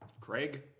Craig